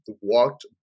walked